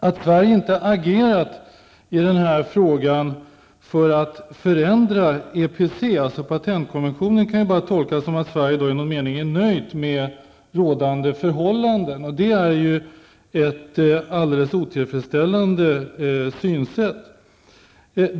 Att Sverige inte agerat i den här frågan för att förändra EPC, patentkommissionen, kan bara tolkas på det sättet att man från svensk sida i någon mening är nöjd med rådande förhållanden. Det är ett helt otillfredsställande synsätt.